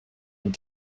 and